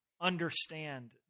understand